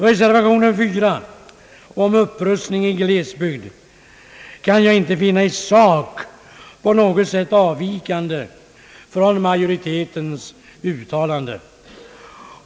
Reservation 4 om en upprustning i glesbygder kan jag inte finna i sak på något sätt avvikande från majoritetens uttalande.